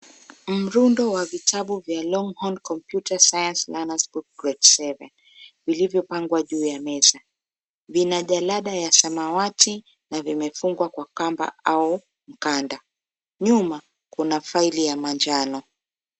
Mrundo wa vitabu vya Longhorn Computer Science Learner's Book Grade Seven vilivyopangwa juu ya meza. Vina jalada ya samawati na vimefungwa kwa kamba au mkanda. Nyuma, kuna faili ya manjano.